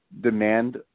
demand